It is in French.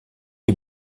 est